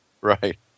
Right